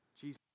Jesus